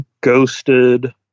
Ghosted